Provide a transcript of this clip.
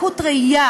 לקות ראייה